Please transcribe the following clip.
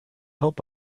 help